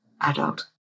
adult